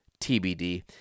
TBD